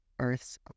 earth's